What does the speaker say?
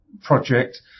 project